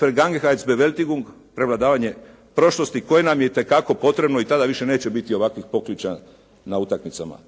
«vergangenheits beveltigung» prevladavanje prošlosti koje nam je itekako potrebno i tada više neće biti ovakvih pokliča na utakmicama.